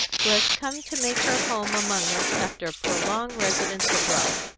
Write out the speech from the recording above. who has come to make her home among us after a prolonged residence abroad.